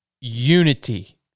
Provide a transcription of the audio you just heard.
unity